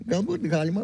galbūt galima